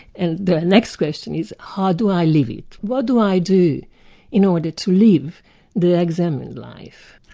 and the next question is, how do i live it, what do i do in order to live the examined life?